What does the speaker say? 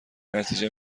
نتیجه